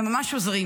וממש עוזרים.